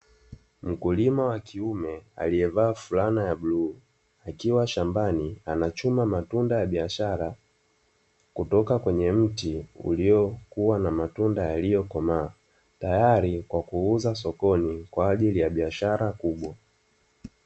Mkulima wa kiume aliyevaa fulana ya bluu akiwa shambani anachuma matunda ya biashara kutoka kwenye mti uliokuwa na matunda yaliyo komaa tayari kwa kuuzwa sokoni kwa ajili ya biashara kubwa.